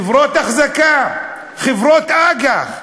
חברות אחזקה, חברות אג"ח,